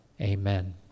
Amen